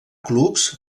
clubs